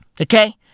Okay